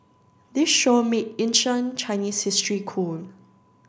this show made ancient Chinese history cool